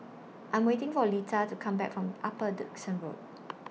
I Am waiting For Leta to Come Back from Upper Dickson Road